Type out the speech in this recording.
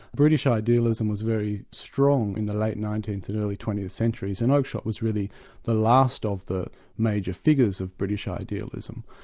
british idealism was very strong in the late nineteenth and early twentieth centuries, and oakeshott was really the last of the major figures of british idealism.